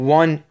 one